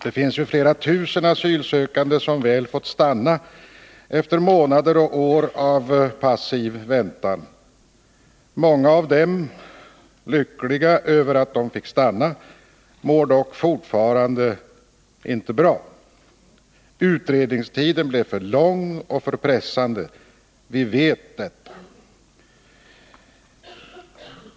Det finns flera tusen asylsökande som, efter månader och år av passiv väntan, väl fått stanna. Många av dem, lyckliga över att de fick stanna, mår dock fortfarande inte bra. Utredningstiden blev för lång och för pressande. Vi vet detta.